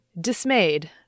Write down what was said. dismayed